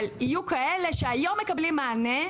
אבל יהיו כאלה שהיום מקבלים מענה,